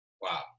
Wow